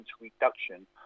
reduction